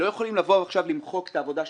לא יכולים לבוא ולמחוק את העבודה שעשינו.